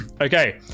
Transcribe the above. Okay